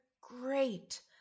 great